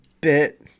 bit